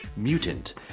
Mutant